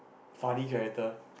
funny character